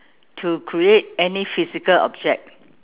to create any physical object